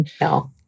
No